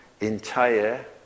entire